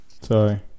Sorry